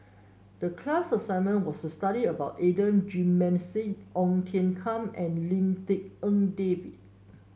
the class assignment was to study about Adan Jimenez Ong Tiong Khiam and Lim Tik En David